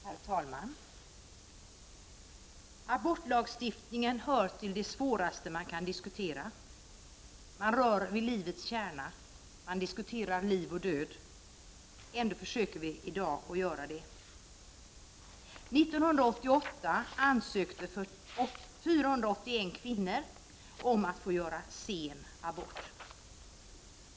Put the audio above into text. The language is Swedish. Herr talman! Abortlagstiftningen hör till det svåraste man kan diskutera. Man rör vid livets kärna. Man diskuterar liv och död. Ändå försöker vi i dag göra detta. 1988 ansökte 481 kvinnor om att få göra sen abort.